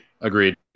agreed